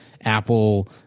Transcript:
apple